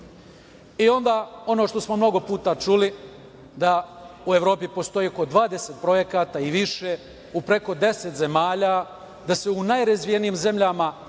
onda ono što smo mnogo puta čuli da u Evropi postoji oko 20 projekata i više u preko 10 zemalja, da se u najrazvijenijim zemljama Evrope,